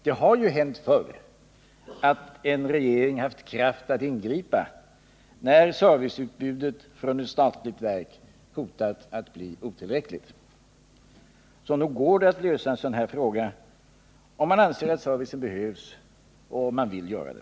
Det har ju hänt förr att en regering haft kraft att ingripa, när serviceutbudet från ett statligt verk hotat att bli otillräckligt. Så nog går det att lösa en sådan här fråga om man anser att servicen behövs och om man vill göra det.